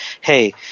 Hey